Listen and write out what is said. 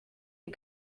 you